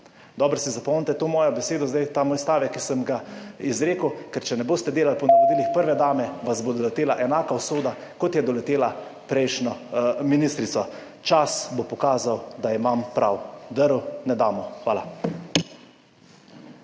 Dobro si zapomnite to mojo besedo, zdaj ta moj stavek, ki sem ga izrekel, ker če ne boste delali po navodilih prve dame, vas bo doletela enaka usoda kot je doletela prejšnjo ministrico. Čas bo pokazal, da imam prav. Drv ne damo. Hvala.